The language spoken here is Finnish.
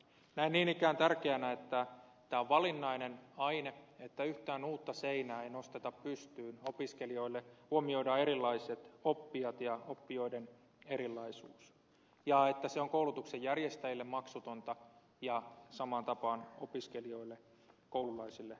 näen niin ikään tärkeänä että tämä on valinnainen aine että yhtään uutta seinää ei nosteta pystyyn opiskelijoille huomioidaan erilaiset oppijat ja oppijoiden erilaisuus ja että se on koulutuksen järjestäjille maksutonta ja samaan tapaan opiskelijoille koululaisille maksutonta